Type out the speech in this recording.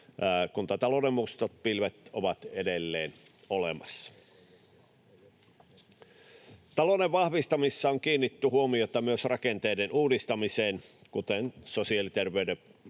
Kuntatalouden mustat pilvet ovat edelleen olemassa. Talouden vahvistamisessa on kiinnitetty huomiota myös rakenteiden uudistamiseen, kuten sosiaali‑ ja terveyspalveluiden